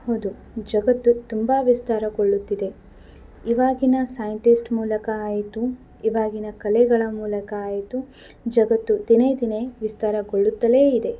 ಹೌದು ಜಗತ್ತು ತುಂಬ ವಿಸ್ತಾರಗೊಳ್ಳುತ್ತಿದೆ ಇವಾಗಿನ ಸೈಂಟಿಸ್ಟ್ ಮೂಲಕ ಆಯಿತು ಇವಾಗಿನ ಕಲೆಗಳ ಮೂಲಕ ಆಯಿತು ಜಗತ್ತು ದಿನೇ ದಿನೇ ವಿಸ್ತಾರಗೊಳ್ಳುತ್ತಲೇ ಇದೆ